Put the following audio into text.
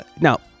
now